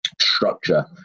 structure